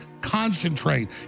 concentrate